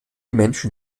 menschen